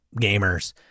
gamers